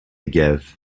give